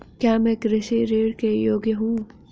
क्या मैं कृषि ऋण के योग्य हूँ?